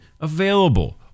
available